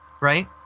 right